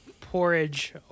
porridge